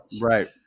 Right